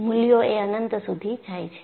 મૂલ્યો એ અનંત સુધી જાય છે